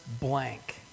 blank